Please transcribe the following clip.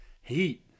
Heat